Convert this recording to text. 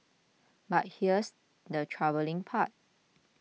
but here's the troubling part